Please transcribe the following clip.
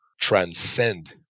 transcend